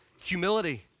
humility